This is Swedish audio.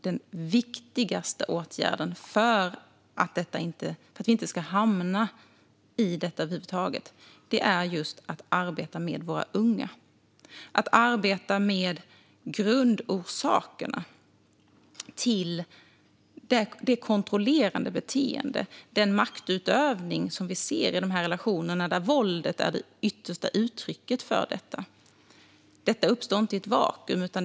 Den viktigaste åtgärden för att vi inte ska hamna i detta över huvud taget är att arbeta med våra unga och med grundorsakerna till det kontrollerande beteende och den maktutövning som vi ser i de relationer där våldet är det yttersta uttrycket för detta. Detta uppstår inte i ett vakuum.